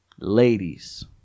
Ladies